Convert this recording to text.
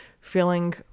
feeling